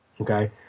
Okay